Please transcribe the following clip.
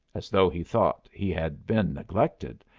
as though he thought he had been neglected,